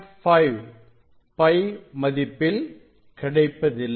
5 π மதிப்பில் கிடைப்பதில்லை